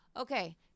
Okay